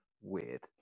weird